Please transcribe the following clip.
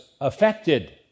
affected